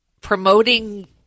promoting